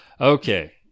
Okay